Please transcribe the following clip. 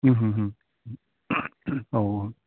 ओह हो हो हो अह